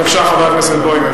בבקשה, חבר הכנסת בוים.